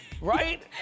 Right